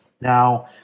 Now